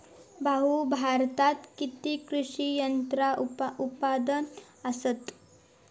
भाऊ, भारतात किती कृषी यंत्रा उत्पादक असतत